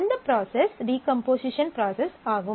அந்த process decomposition process ஆகும்